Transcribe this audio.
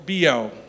BO